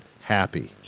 happy